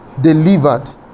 delivered